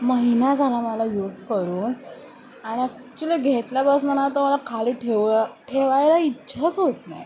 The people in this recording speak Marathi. महिना झाला मला यूज करून आणि ॲक्च्युली घेतल्यापासनं ना तो मला खाली ठेव ठेवायला इच्छाच होत नाही